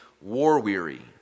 war-weary